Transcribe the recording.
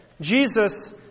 Jesus